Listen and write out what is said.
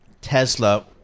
Tesla